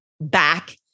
back